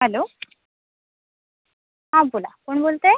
hello हां बोला कोण बोलत आहे